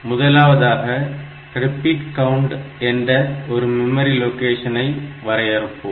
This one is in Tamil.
முதலாவதாக ரிப்பிட் கவுண்ட் என்ற ஒரு மெமரி லொகேஷனை வரையறுப்போம்